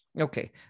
Okay